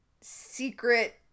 secret